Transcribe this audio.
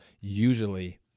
usually